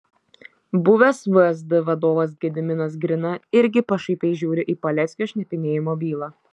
buvęs vsd vadovas gediminas grina irgi pašaipiai žiūri į paleckio šnipinėjimo bylą